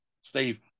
steve